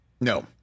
no